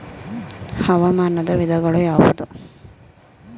ಹವಾಮಾನದ ವಿಧಗಳು ಯಾವುವು?